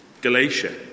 Galatia